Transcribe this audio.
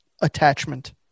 attachment